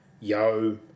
Yo